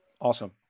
Awesome